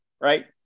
right